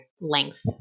length